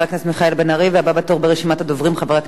הבא בתור ברשימת הדוברים, חבר הכנסת זבולון אורלב.